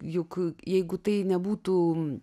juk jeigu tai nebūtų